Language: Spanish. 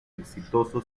exitoso